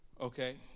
okay